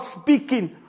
speaking